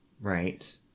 Right